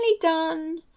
done